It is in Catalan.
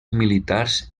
militars